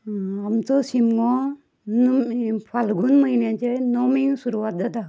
आमचो शिमगो न् फाल्गून म्हयन्याचे नमीक सुरवात जाता